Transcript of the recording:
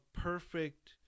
perfect